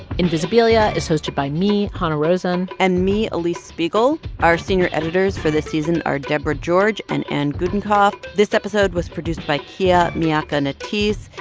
invisibilia is hosted by me, hanna rosin and me alix spiegel. our senior editors for this season are deborah george and anne gudenkauf. this episode was produced by kia miakka natisse.